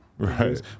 Right